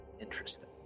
interesting